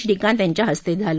श्रीकांत यांच्या हस्ते झालं